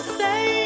say